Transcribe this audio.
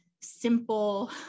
simple